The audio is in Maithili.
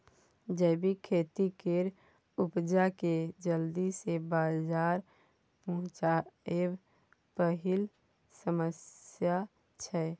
जैबिक खेती केर उपजा केँ जल्दी सँ बजार पहुँचाएब पहिल समस्या छै